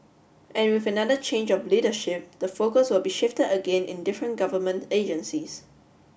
and with another change of leadership the focus will be shifted again in different government agencies